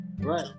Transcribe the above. right